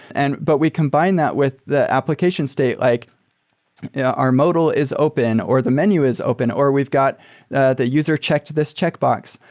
and but we combine that with the application state like our modal is open, or the menu is open, or we've got the the user checked this checkbox.